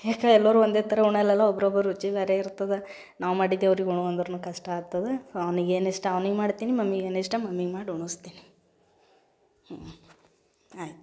ಯಾಕೆ ಎಲ್ಲರೂ ಒಂದೇ ಥರ ಉಣ್ಣಲ್ಲಲ್ಲ ಒಬ್ರೊಬ್ಬರ ರುಚಿ ಬೇರೆ ಇರ್ತದೆ ನಾವು ಮಾಡಿದ್ದೆ ಅವ್ರಿಗೆ ಉಣ್ಣು ಅಂದ್ರೂ ಕಷ್ಟ ಆಗ್ತದೆ ಸೊ ಅವ್ನಿಗೇನು ಇಷ್ಟ ಅವ್ನಿಗೆ ಮಾಡ್ತೀನಿ ಮಮ್ಮಿಗೇನು ಇಷ್ಟ ಮಮ್ಮಿಗೆ ಮಾಡಿ ಉಣಿಸ್ತೀನಿ ಹ್ಞೂ ಆಯಿತು